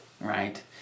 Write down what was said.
right